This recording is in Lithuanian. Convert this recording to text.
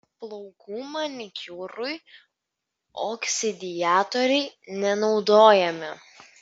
plaukų manikiūrui oksidatoriai nenaudojami